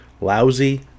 Lousy